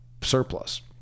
surplus